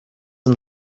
and